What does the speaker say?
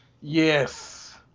Yes